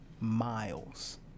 miles